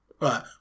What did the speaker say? Right